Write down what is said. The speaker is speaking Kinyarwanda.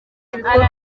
ibikorwa